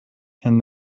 and